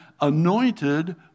anointed